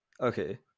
Okay